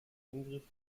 angriff